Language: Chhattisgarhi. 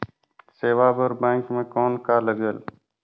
सेवा बर बैंक मे कौन का लगेल?